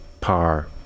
par